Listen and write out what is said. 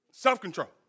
Self-control